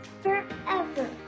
forever